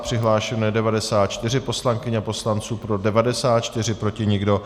Přihlášeno je 94 poslankyň a poslanců, pro 94, proti nikdo.